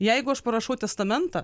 jeigu aš parašau testamentą